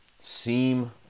seem